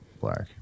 black